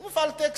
זה מפעל טקסטיל.